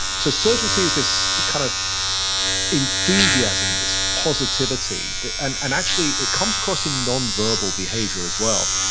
so surgency is this kind of enthusiasm, this positivity but and and actually it comes across in nonverbal behavior as well.